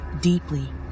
Deeply